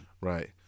right